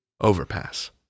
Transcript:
Overpass